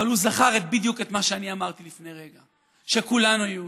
אבל הוא זכר בדיוק מה שאני אמרתי לפני רגע: שכולנו יהודים.